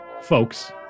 folks